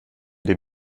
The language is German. den